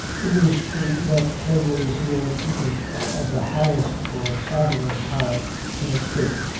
it is true that plato is here treating of the highest or sovereign power in a state,